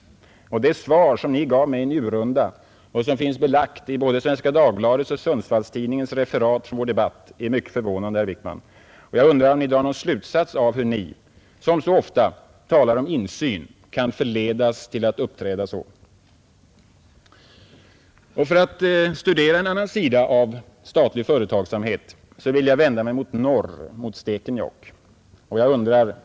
Det svar som Ni gav mig i Njurunda och som finns belagt i både Svenska Dagbladets och Sundsvallstidningens referat från vår debatt är mycket förvånande, herr Wickman. Jag undrar om Ni drar någon slutsats av hur Ni, som så ofta talar om insyn, kan förledas till att uppträda så. För att studera en annan sida av statlig företagsamhet vill jag vända mig mot norr, mot Stekenjokk.